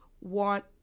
want